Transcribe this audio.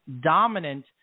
dominant